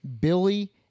billy